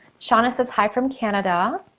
shawna says hi from canada.